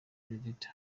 judith